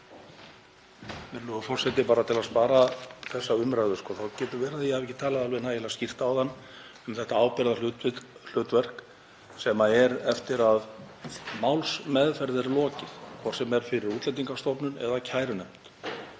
forseti. Bara til að spara þessa umræðu þá getur verið að ég hafi ekki talað nægilega skýrt áðan um þetta ábyrgðarhlutverk eftir að málsmeðferð er lokið, hvort sem er fyrir Útlendingastofnun eða kærunefnd;